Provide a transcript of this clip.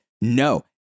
no